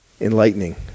enlightening